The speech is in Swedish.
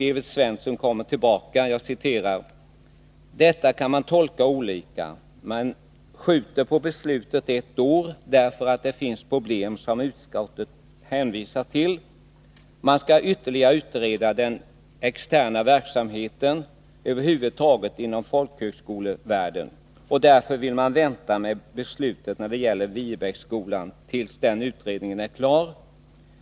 Evert Svensson kom tillbaka: ”Detta kan man tolka olika. Man skjuter på beslutet ett år, därför att det finns problem som utskottet hänvisar till. Man skall ytterligare utreda den externa verksamheten över huvud taget inom folkhögskolevärlden, och därför vill man vänta med beslut när det gäller Viebäcksskolan, tills den utredningen är klar.